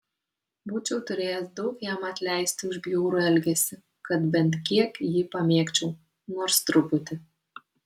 būčiau turėjęs daug jam atleisti už bjaurų elgesį kad bent kiek jį pamėgčiau nors truputį